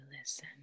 listen